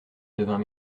devint